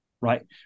Right